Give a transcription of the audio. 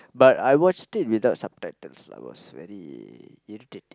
but I watched it without subtitles I was very irritated